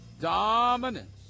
Dominance